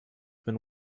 been